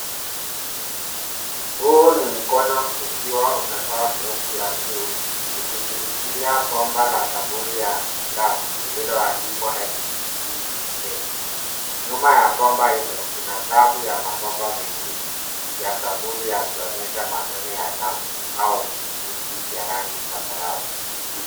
Huu ni mkono ukiwa umevaa glovu ya buluu, ukishikilia bomba la sampuli ya damu lililoandikwa STD test .Nyuma ya bomba hilo, kuna safu ya mabomba mengine ya sampuli yakionyesha matone ya damu au vimiminiki vya rangi zambarau.